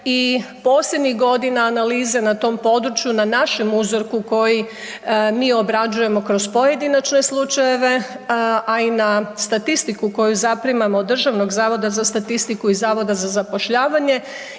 i posljednjih godina analize na tom području na našem uzorku koji mi obrađujemo kroz pojedinačne slučajeve, a i na statistiku koju zaprimamo od Državnog zavoda za statistiku i Zavoda za zapošljavanje